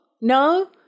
No